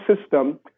system